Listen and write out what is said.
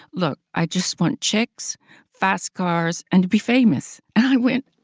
look, i just want chicks fast cars, and to be famous. and i went,